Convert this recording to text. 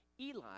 Eli